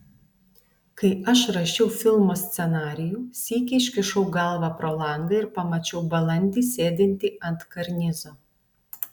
kai aš rašiau filmo scenarijų sykį iškišau galvą pro langą ir pamačiau balandį sėdintį ant karnizo